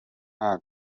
nta